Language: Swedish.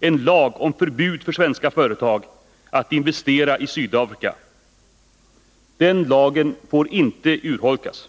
en lag om förbud för svenska företag att investera i Sydafrika. Den lagen får inte urholkas.